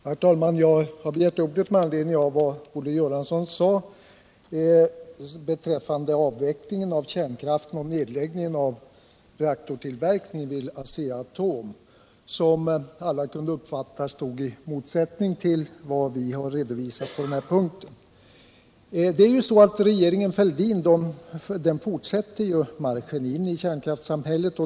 Herr talman! Jag har begärt ordet med anledning av vad Olle Göransson sade beträffande avvecklingen av kärnkraften och nedläggningen av reaktortillverkningen vid Asea-Atom, vilket alla kunde uppfatta stod i motsättning till vad vpk har redovisat på den punkten. Det är ju så att regeringen Fälldin fortsätter marschen in i kärnkraftssamhället.